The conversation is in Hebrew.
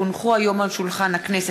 כי הונחו היום על שולחן הכנסת,